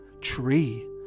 tree